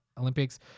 Olympics